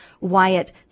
Wyatt